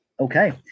Okay